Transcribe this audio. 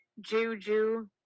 Juju